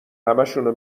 همشونو